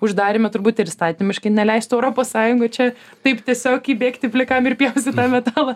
uždaryme turbūt ir įstatymiškai neleistų europos sąjunga čia taip tiesiog įbėgti plikam ir pjaustyt metalą